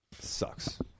Sucks